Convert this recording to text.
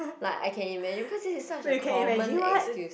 like I can imagine because this is such a common excuse